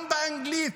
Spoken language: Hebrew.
גם באנגלית